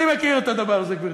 אני מכיר את הדבר הזה, גברתי.